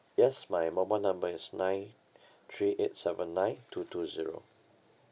yes my mobile number is nine three eight seven nine two two zero